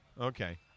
Okay